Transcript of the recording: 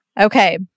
Okay